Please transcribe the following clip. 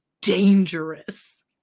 dangerous